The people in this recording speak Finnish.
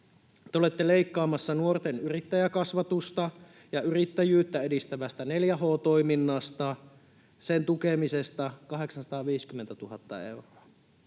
Te olette leikkaamassa nuorten yrittäjäkasvatusta ja yrittäjyyttä edistävästä 4H-toiminnasta, sen tukemisesta, 850 000 euroa.